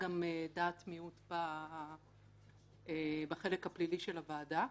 גם דעת מיעוט בחלק הפלילי של הוועדה.